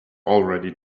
already